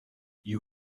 you